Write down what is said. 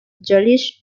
jewish